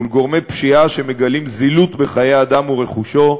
מול גורמי פשיעה שמגלים זילות בחיי אדם ורכושו,